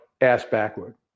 ass-backward